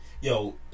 yo